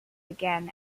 again